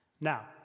Now